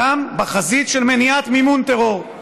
גם בחזית של מניעת מימון טרור.